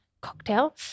cocktail